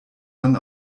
man